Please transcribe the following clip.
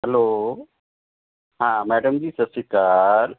hello ਹਾਂ madam ji ਸਤਿ ਸ਼੍ਰੀ ਅਕਾਲ